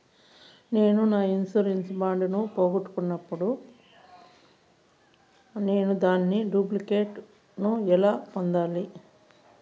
నేను నా insurance bond ను పోగొట్టుకున్నప్పుడు నేను దాని డూప్లికేట్ ను ఎలా పొందాలి?